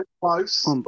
close